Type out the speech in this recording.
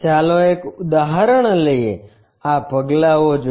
ચાલો એક ઉદાહરણ લઈએ આ પગલાંઓ જુઓ